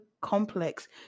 complex